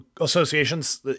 associations